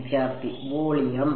വിദ്യാർത്ഥി വോളിയം